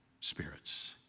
spirits